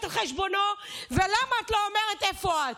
על חשבונו ולמה את לא אומרת איפה את.